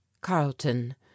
carlton